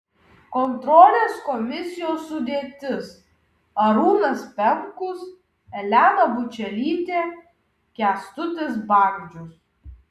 kontrolės komisijos sudėtis arūnas pemkus elena bučelytė kęstutis bagdžius